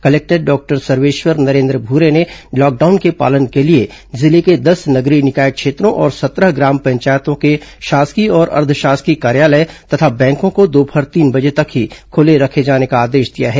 collector doctor Sarveshwar Narendra Bhure ने lockdown के पालन के लिए जिले के दस नगरीय निकाय क्षेत्रों और सत्रह ग्राम पंचायतों के शासकीय और अर्द्व शासकीय कार्यालय तथा बैंकों को दोपहर तीन बजे तक ही खोले रखने का आदेश दिया है